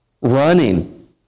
running